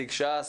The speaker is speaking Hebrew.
נציג ש"ס,